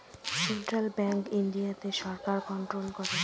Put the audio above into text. central bank ইন্ডিয়াতে সরকার control করে